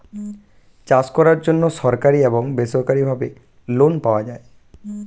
চাষ করার জন্য সরকারি এবং বেসরকারিভাবে লোন পাওয়া যায়